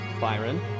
Byron